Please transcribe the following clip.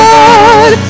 God